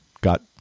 got